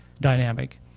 Dynamic